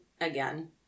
again